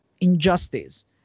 injustice